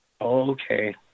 okay